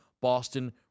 Boston